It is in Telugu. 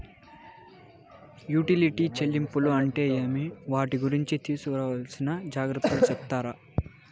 యుటిలిటీ చెల్లింపులు అంటే ఏమి? వాటి గురించి తీసుకోవాల్సిన జాగ్రత్తలు సెప్తారా?